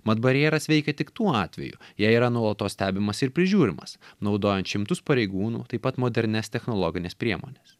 mat barjeras veikia tik tuo atveju jei yra nuolatos stebimas ir prižiūrimas naudojant šimtus pareigūnų taip pat modernias technologines priemones